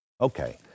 Okay